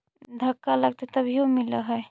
धक्का लगतय तभीयो मिल है?